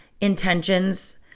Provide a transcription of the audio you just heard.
intentions